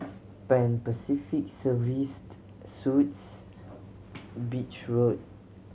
Pan Pacific Serviced Suites Beach Road